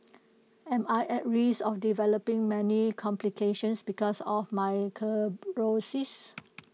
am I at risk of developing many complications because of my cirrhosis